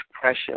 pressure